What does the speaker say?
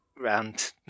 round